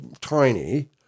tiny